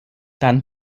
dann